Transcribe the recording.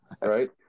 Right